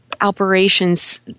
operations